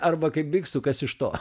arba kaip biksui kas iš to